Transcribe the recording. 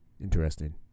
Interesting